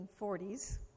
1940s